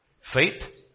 Faith